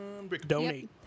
Donate